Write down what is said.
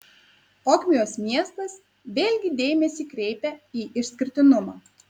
ogmios miestas vėlgi dėmesį kreipia į išskirtinumą